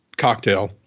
cocktail